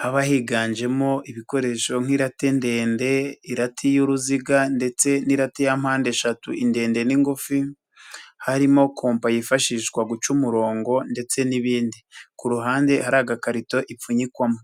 haba higanjemo ibikoresho nk'irate ndende, irati y'uruziga ndetse n'irati ya mpande eshatu indende n'ingufi, harimo kompa yifashishwa guca umurongo ndetse n'ibindi, ku ruhande hari agakarito ipfunyikwamo.